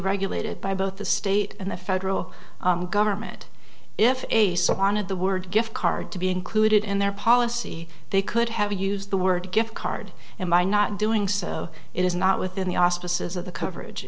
regulated by both the state and the federal government if a sonnet the word gift card to be included in their policy they could have used the word gift card and by not doing so it is not within the auspices of the coverage